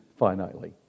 finitely